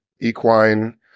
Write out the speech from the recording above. equine